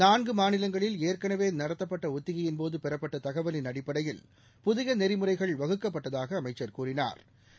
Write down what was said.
நான்குமாநிலங்களில் ஏற்கனவேநடத்தப்பட்டஒத்திகையின்போதுபெறப்பட்டதகவலின் அடிப்படையில் புதியநெறிமுறைகள் வகுக்கப்பட்டதாகஅமைச்சா் கூறினாா்